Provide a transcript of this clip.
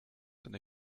eine